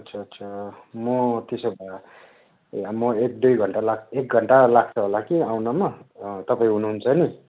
अच्छा अच्छा म त्यसो भए म एक दुई घन्टा लाग्छ एक घन्टा लाग्छ होला कि आउनमा तपाईँ हुनुहुन्छ नि